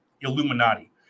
Illuminati